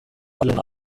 dann